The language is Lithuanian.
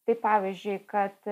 tai pavyzdžiui kad